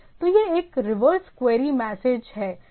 तो यह एक रिवर्स क्वेरी मैसेज है